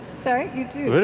sorry? you do